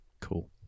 Cool